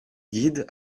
guides